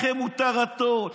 לכם מותר הכול.